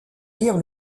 dire